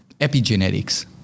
epigenetics